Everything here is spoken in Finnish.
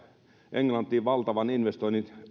englantiin valtavan investoinnin